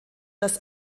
das